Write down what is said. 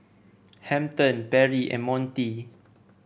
Hampton Perri and Montie